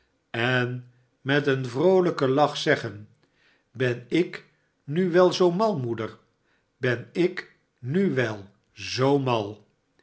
en met een vroolijken lach zeggen ben ik nu wel zoo mal moeder ben ik nu wel zoo mal